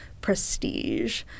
prestige